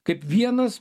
kaip vienas